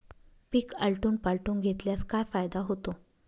पीक आलटून पालटून घेतल्यास काय फायदा होतो?